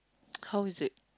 how is it